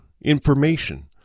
information